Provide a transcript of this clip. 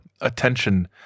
attention